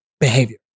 behavior